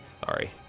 sorry